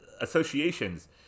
associations